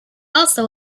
also